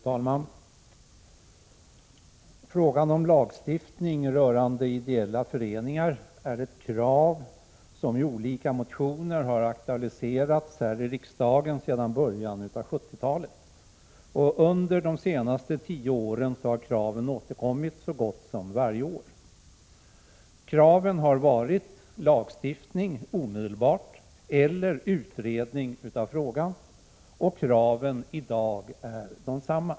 Fru talman! Frågan om lagstiftning rörande ideella föreningar är ett krav som i olika motioner aktualiserats här i riksdagen sedan början av 1970-talet. Under de senaste tio åren har kraven återkommit så gott som varje år. Kraven har varit lagstiftning omedelbart eller utredning av frågan, och kraven i dag är desamma.